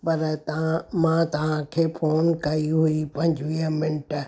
पर तव्हां मां तव्हांखे फ़ोन कई हुई पंजुवीह मिंट